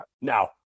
Now